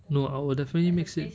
no I will definitely mix it